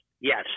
Yes